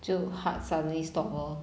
就 heart suddenly stop lor